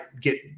get